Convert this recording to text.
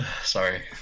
Sorry